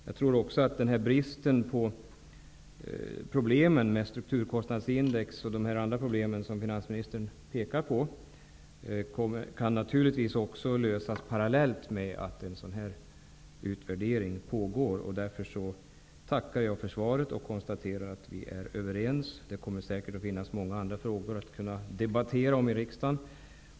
Jag tror också att problemen med strukturkostnadsindex och andra problem som finansministern pekade på kan lösas parallellt med att utvärdering pågår. Jag tackar än en gång för svaret och konstaterar att vi är överens. Det kommer säkert att finnas många andra frågor att debattera här i kammaren.